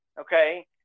Okay